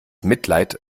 mitleid